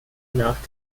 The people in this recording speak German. nach